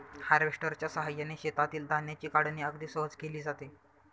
हार्वेस्टरच्या साहाय्याने शेतातील धान्याची काढणी अगदी सहज केली जाते